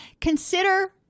Consider